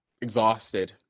exhausted